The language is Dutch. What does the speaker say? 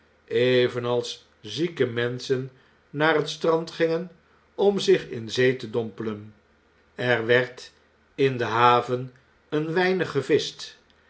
evenals zieke menschen naar het strand gingen om zich in zee te dompelen er werd in de haven een weinig geviscnt